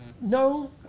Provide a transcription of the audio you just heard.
No